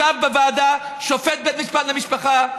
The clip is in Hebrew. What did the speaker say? ישב בוועדה שופט בית משפט למשפחה,